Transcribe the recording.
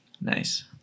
Nice